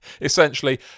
Essentially